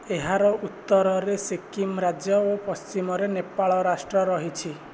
ଏହାର ଉତ୍ତରରେ ସିକ୍କିମ ରାଜ୍ୟ ଓ ପଶ୍ଚିମରେ ନେପାଳ ରାଷ୍ଟ୍ର ରହିଛି